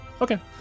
Okay